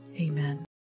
Amen